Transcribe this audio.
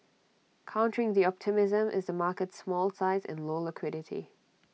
countering the optimism is the market's small size and low liquidity